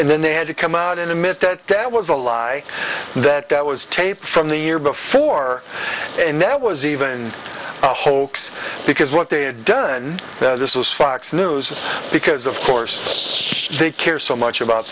and then they had to come out and admit that that was a lie that that was taped from the year before and that was even a hoax because what they had done this was fox news because of course they care so much about